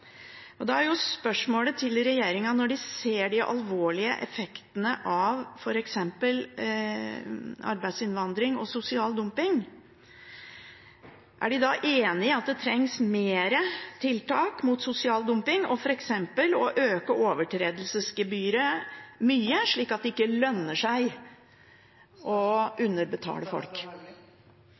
Da er spørsmålet til regjeringen: Når de ser de alvorlige effektene av f.eks. arbeidsinnvandring og sosial dumping, er de da enig i at det trengs flere tiltak mot sosial dumping, ved f.eks. å øke overtredelsesgebyret mye, slik at det ikke lønner seg å underbetale folk?